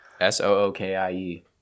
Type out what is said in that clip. S-O-O-K-I-E